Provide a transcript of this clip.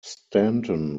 stanton